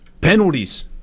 Penalties